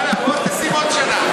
יאללה, בוא, תשים עוד שנה.